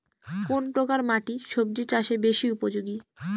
কোন প্রকার মাটি সবজি চাষে বেশি উপযোগী?